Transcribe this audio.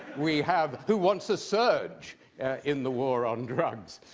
we have who wants a surge in the war on drugs.